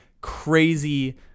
crazy